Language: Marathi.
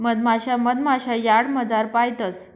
मधमाशा मधमाशा यार्डमझार पायतंस